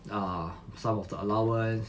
err some of the allowance